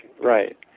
right